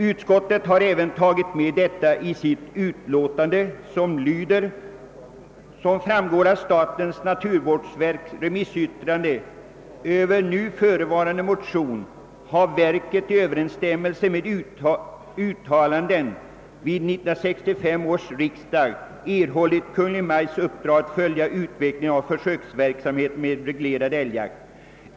Utskottet har även framhållit detta i sitt utlåtande som i denna del lyder: »Som framgår av statens naturvårdsverks remissyttrande över nu förevarande motion har verket i överensstämmelse med uttalandena vid 1965 års riksdag erhållit Kungl. Maj:ts uppdrag att följa utvecklingen av försöksverksamheten med reglerad älgjakt.